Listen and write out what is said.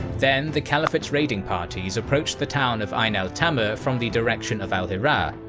then the caliphate's raiding parties approached the town of ain-al-tamur from the direction of al-hirah,